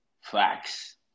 Facts